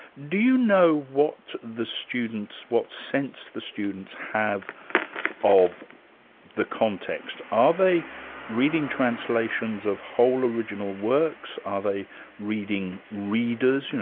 do you know what the students, what sense the students have of the context? are they reading translations of whole original works? are they reading readers, you